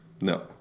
no